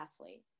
athlete